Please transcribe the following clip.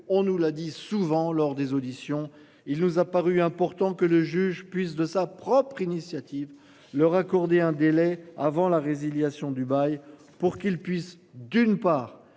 On nous l'a dit souvent lors des auditions, il nous a paru important que le juge puisse de sa propre initiative leur accorder un délai avant la résiliation du bail pour qu'ils puissent d'une part